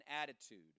attitude